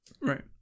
Right